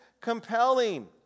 compelling